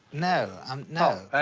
no. i'm no. oh,